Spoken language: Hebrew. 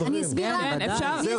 כן, אני אסביר למה.